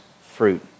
fruit